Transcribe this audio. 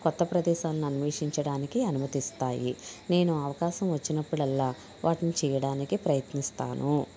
కొత్త ప్రదేశాలను అన్వేషించడానికి అనుమతిస్తాయి నేను అవకాశం వచ్చినప్పుడల్లా వాటిని చేయడానికే ప్రయత్నిస్తాను